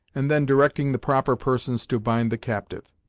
and then directing the proper persons to bind the captive.